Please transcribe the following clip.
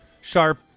sharp